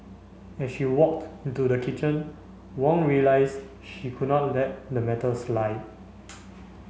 as she walked into the kitchen Wong realised she could not let the matter slide